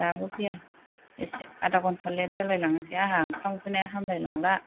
दाबो फैया एसे आदा घन्टा लेट जालायलांनोसै आंहा ओंखाम उखैनाया हामलायलांला